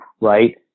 right